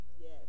yes